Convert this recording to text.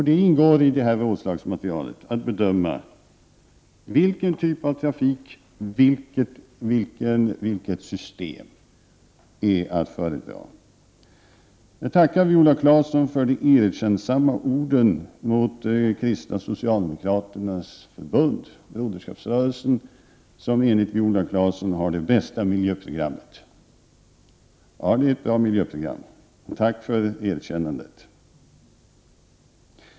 Det ingår i rådslagsmaterialet att bedöma vilken typ av trafik, vilket system som är att föredra. Jag tackar Viola Claesson för de erkännsamma orden till de kristna socialdemokraternas förbund, Broderskapsrörelsen, som enligt Viola Claesson har det bästa miljöprogrammet. Ja, det är ett bra miljöprogram. Tack för erkännandet.